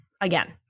again